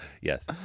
Yes